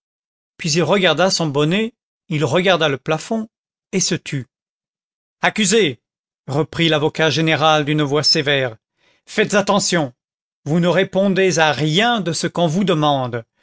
puis il regarda son bonnet il regarda le plafond et se tut accusé reprit l'avocat général d'une voix sévère faites attention vous ne répondez à rien de ce qu'on vous demande